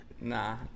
Nah